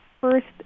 First